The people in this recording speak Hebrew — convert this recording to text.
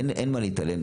אין להתעלם.